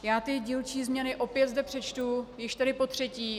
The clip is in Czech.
Já ty dílčí změny zde opět přečtu, již tedy potřetí.